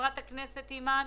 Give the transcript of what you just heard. חברת הכנסת אימאן,